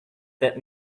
that